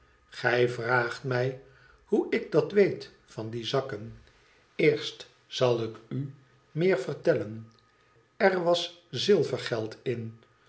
gij vraagt mij hoe ik dat weet van die zakken eerst zal ik u meer vertellen er was zilvergeld in